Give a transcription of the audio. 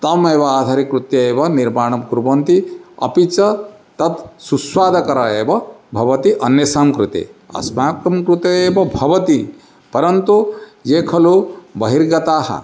तामेव आधारिकृत्य एव निर्माणं कुर्वन्ति अपि च तत् सुस्वादुकरः एव भवति अन्येषां कृते अस्माकं कृतेव भवति परन्तु ये खलु बहिर्गताः